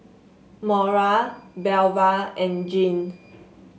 Mora Belva and Jeane